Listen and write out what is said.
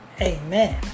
Amen